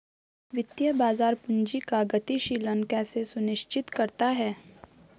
वित्तीय बाजार पूंजी का गतिशीलन कैसे सुनिश्चित करता है?